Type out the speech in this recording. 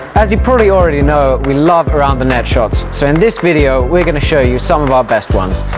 as you probably already know, we love around the net shots. so in this video we are going to show you some of our best ones.